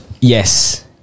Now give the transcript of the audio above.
Yes